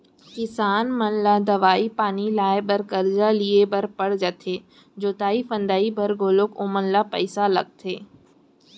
किसान मन ला दवई पानी लाए बर करजा लिए बर पर जाथे जोतई फंदई बर घलौ ओमन ल पइसा लगथे